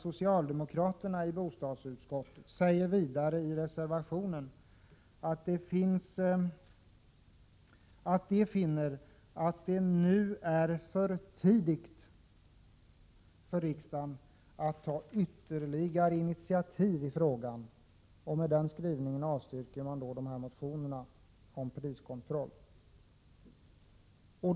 Socialdemokraterna i bostadsutskottet säger vidare i reservationen att de finner att det nu är för tidigt för riksdagen att ta ytterligare initiativ i frågan, och med den skrivningen avstyrker de motionerna om priskontroll.